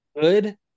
Good